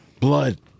Blood